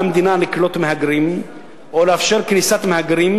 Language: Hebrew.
מדינה לקלוט מהגרים או לאפשר כניסת מהגרים,